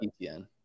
ETN